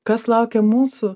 kas laukia mūsų